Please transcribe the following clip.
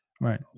Right